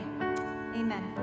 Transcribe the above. Amen